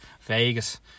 Vegas